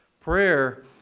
Prayer